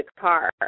car